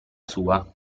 sua